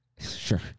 Sure